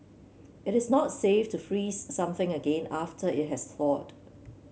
it is not safe to freeze something again after it has thawed